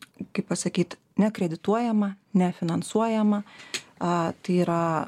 kaip pasakyt nekredituojama nefinansuojama a tai yra